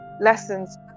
lessons